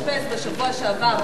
יובל שטייניץ התאשפז בשבוע שעבר,